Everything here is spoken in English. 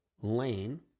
Lane